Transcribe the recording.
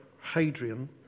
Hadrian